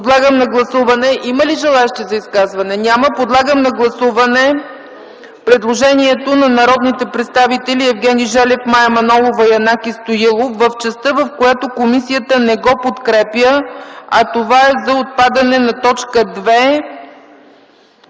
комисията не подкрепя предложението. Изказвания? Няма. Подлагам на гласуване предложението на народните представители Евгений Желев, Мая Манолова и Янаки Стоилов в частта, в която комисията не го подкрепя, а това е за отпадане на т. 2